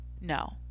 No